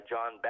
John